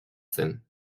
zen